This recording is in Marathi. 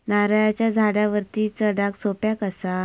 नारळाच्या झाडावरती चडाक सोप्या कसा?